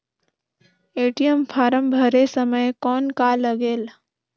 ATM form भरे समय कौन का लगेल?